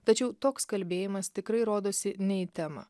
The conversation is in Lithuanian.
tačiau toks kalbėjimas tikrai rodosi ne į temą